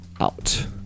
out